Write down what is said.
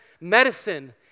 medicine